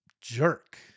jerk